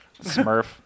Smurf